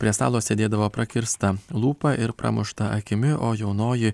prie stalo sėdėdavo prakirsta lūpa ir pramušta akimi o jaunoji